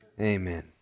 Amen